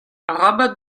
arabat